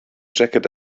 jacket